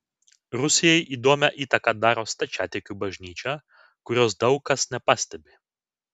rusijai įdomią įtaką daro stačiatikių bažnyčia kurios daug kas nepastebi